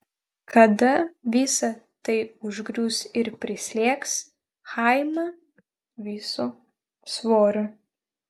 kada visa tai užgrius ir prislėgs chaimą visu svoriu